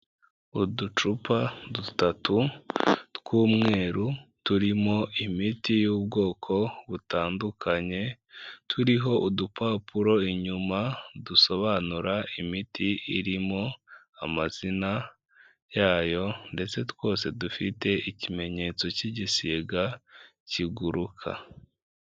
Uducupa dutatu tw'umweru turimo imiti y'ubwoko butandukanye turiho udupapuro inyuma dusobanura imiti irimo amazina yayo ndetse twose dufite ikimenyetso cy'igisiga kiguruka.